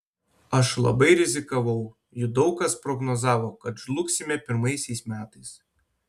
aš labai rizikavau juk daug kas prognozavo kad žlugsime pirmaisiais metais